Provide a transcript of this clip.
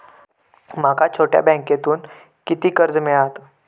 माका छोट्या बँकेतून किती कर्ज मिळात?